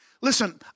Listen